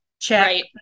check